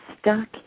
stuck